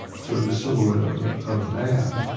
sort of a silhouette of ah of a man.